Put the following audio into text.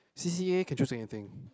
C_C_A can choose anything